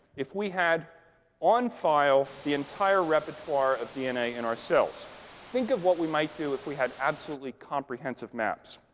if we had on file the entire repertoire of dna in our cells think of what we might do if we had absolutely comprehensive maps?